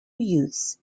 youths